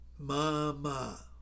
mama